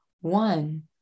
One